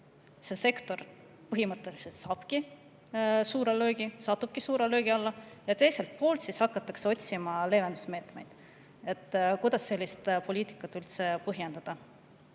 see sektor põhimõtteliselt satub suure löögi alla, ja teiselt poolt siis hakatakse otsima leevendusmeetmeid. Kuidas sellist poliitikat üldse põhjendada?